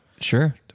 Sure